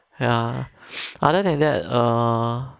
ya other than that err